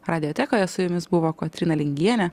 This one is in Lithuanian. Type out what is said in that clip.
radiotekoje su jumis buvo kotryna lingienė